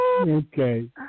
Okay